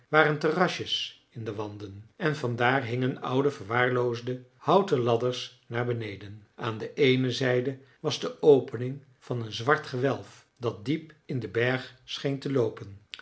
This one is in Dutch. waren terrasjes in de wanden en vandaar hingen oude verwaarloosde houten ladders naar beneden aan de eene zijde was de opening van een zwart gewelf dat diep in den berg scheen te loopen